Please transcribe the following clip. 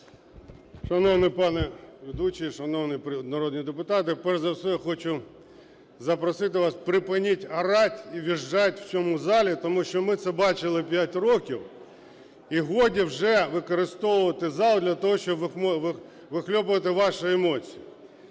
Шановний пане ведучий! Шановні народні депутати! Перш за все, я хочу запросити вас: припиніть орать и визжать в цьому залі, тому що ми це бачили 5 років, і годі вже використовувати зал для того, щоб вихльобувати ваші емоції.